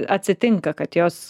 atsitinka kad jos